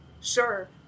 Sure